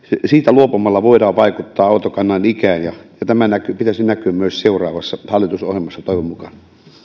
luopumalla voidaan vaikuttaa autokannan ikään ja ja tämän pitäisi näkyä myös seuraavassa hallitusohjelmassa toivon mukaan